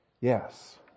Yes